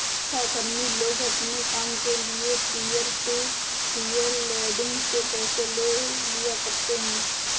सहकर्मी लोग अपने काम के लिये पीयर टू पीयर लेंडिंग से पैसे ले लिया करते है